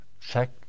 Check